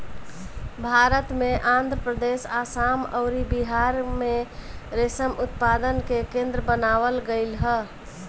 भारत में आंध्रप्रदेश, आसाम अउरी बिहार में रेशम उत्पादन के केंद्र बनावल गईल ह